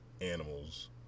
animals